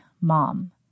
mom